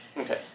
Okay